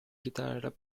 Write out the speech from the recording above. chitarra